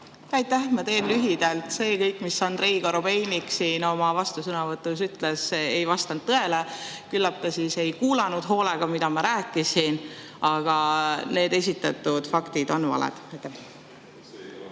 Aitäh! Ma teen lühidalt. See kõik, mis Andrei Korobeinik oma vastusõnavõtus ütles, ei vastanud tõele. Küllap ta siis ei kuulanud hoolega, mida ma rääkisin. Aga need esitatud faktid on valed. Aitäh!